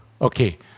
Okay